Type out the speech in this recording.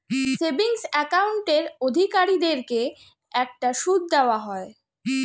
savings অ্যাকাউন্টের অধিকারীদেরকে একটা সুদ দেওয়া হয়